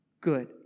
good